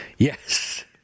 Yes